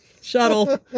shuttle